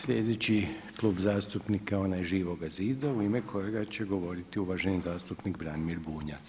Sljedeći Klub zastupnika onaj Živoga zida u ime kojega će govoriti uvaženi zastupnik Branimir Bunjac.